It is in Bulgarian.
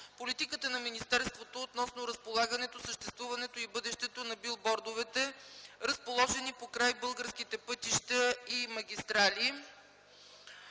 политиката на министерството относно разполагането, съществуването и бъдещето на билбордовете, разположени покрай българските пътища и магистрали.